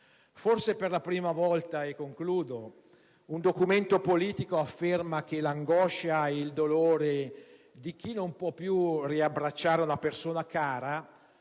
Forse per la prima volta un documento politico afferma che l'angoscia e il dolore di chi non può più riabbracciare la persona cara